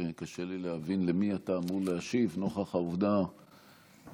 שקשה לי להבין למי אתה אמור להשיב נוכח העובדה שלסיעת